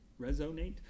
Resonate